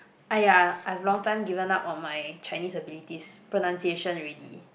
!aiya! I've long time given up on my Chinese abilities pronunciation already